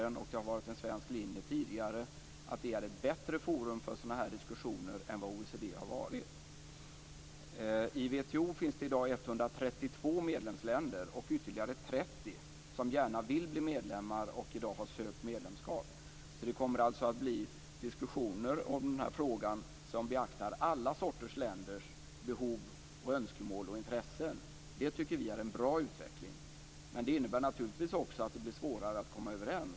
Det har också tidigare varit en svensk linje att WTO är ett bättre forum för sådana här diskussioner än vad OECD har varit. I WTO finns det i dag 132 medlemsländer. Ytterligare 30 vill gärna bli medlemmar och har ansökt om medlemskap. Det kommer alltså att bli diskussioner om den här frågan som beaktar alla sorters länders behov, önskemål och intressen. Vi tycker att det är en bra utveckling, men det innebär naturligtvis också att det blir svårare att komma överens.